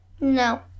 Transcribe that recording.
No